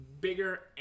bigger